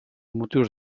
motius